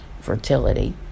fertility